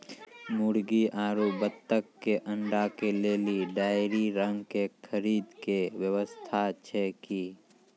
मुर्गी आरु बत्तक के अंडा के लेली डेयरी रंग के खरीद के व्यवस्था छै कि?